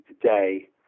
today